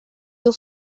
you